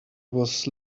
was